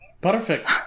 Perfect